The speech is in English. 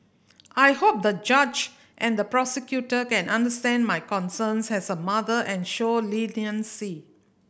I hope the judge and the prosecutor can understand my concerns as a mother and show leniency